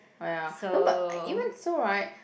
oh ya no but even so right